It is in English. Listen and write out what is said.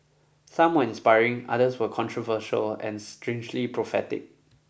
someone inspiring others were controversial and strangely prophetic